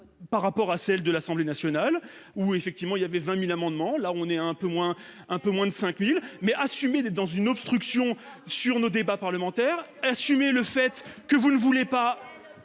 par rapport à celle de l'Assemblée nationale où effectivement il y avait 20.000 amendements, là on est un peu moins, un peu moins de 5000 mais assumer dans une obstruction sur nos débats parlementaires assumer le fait que vous ne voulez pas.